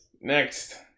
Next